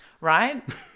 right